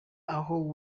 aho